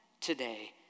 today